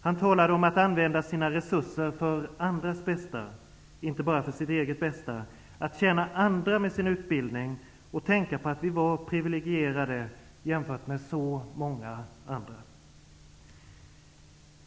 Han talade om vikten av att använda sina resurser för andras bästa, inte bara för sitt eget bästa, och av att tjäna andra med sin utbildning. Vi skulle tänka på att vi var priviligierade jämfört med så många andra.